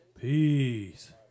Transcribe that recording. Peace